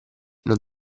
non